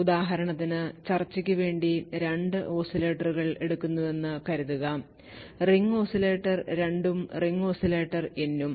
ഉദാഹരണത്തിന് ചർച്ചയ്ക്ക് വേണ്ടി രണ്ട് ഓസിലേറ്ററുകൾ എടുക്കുന്നുവെന്ന് കരുതുക റിംഗ് ഓസിലേറ്റർ 2 ഉം റിംഗ് ഓസിലേറ്റർ N ഉം